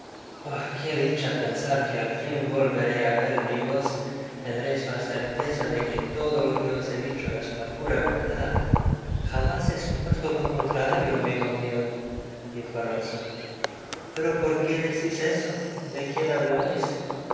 qué dicha pensar que al fin volveré á verle y que vos tendreis la certeza le que todo lo que os he dicfio'es la pura verdad jamás he supuesto lo contrario amigo mio dijo'rosapero por qué decis esto de quién hablais he